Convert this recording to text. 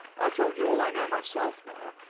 i've told you all i know myself now,